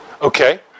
Okay